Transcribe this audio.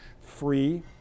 free